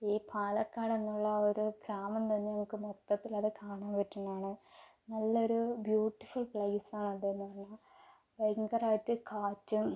ഈ പാലക്കാടെന്നുള്ള ഒരു ഗ്രാമം തന്നെ നമുക്ക് മൊത്തത്തിലത് കാണാൻ പറ്റുന്നതാണ് നല്ലൊരു ബ്യൂട്ടിഫുൾ പ്ലേസാണ് അതെന്നു പറഞ്ഞാൽ ഭയങ്കരമായിട്ട് കാറ്റും